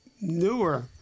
newer